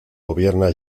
gobierna